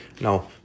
No